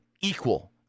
equal